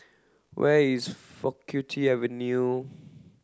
where is Faculty Avenue